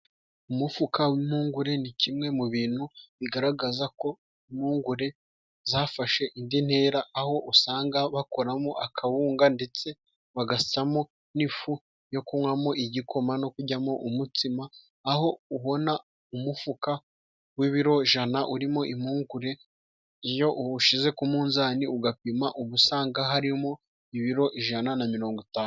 Umufuka w'impungure ni kimwe mu bintu bigaragaza ko impungure zafashe indi ntera, aho usanga bakoramo akawunga ndetse bagasyamo n'ifu yo kunywamo igikoma no kuryamo umutsima. Aho ubona umufuka w'ibiro ijana urimo impungure iyo uwushyize ku munzani ugapima ubusanga harimo ibiro ijana na mirongo itanu.